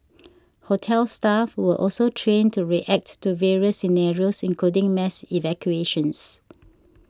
hotel staff were also trained to react to various scenarios including mass evacuations